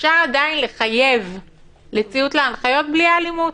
אפשר עדיין לחייב לציות להנחיות בלי האלימות.